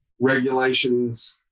Regulations